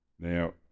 Now